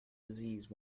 disease